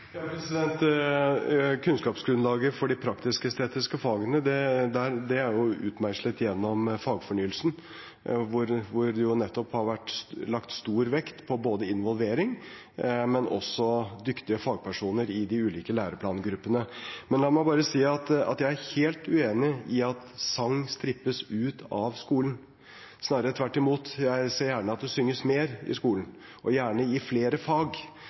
Kunnskapsgrunnlaget for de praktiske og estetiske fagene er utmeislet gjennom fagfornyelsen, der det har vært lagt stor vekt på både involvering og på dyktige fagpersoner i de ulike læreplangruppene. Men la meg bare si at jeg er helt uenig i at sang strippes ut av skolen. Snarere tvert imot, jeg ser gjerne at det synges mer i skolen i flere fag.